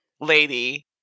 lady